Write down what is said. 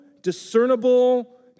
discernible